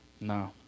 No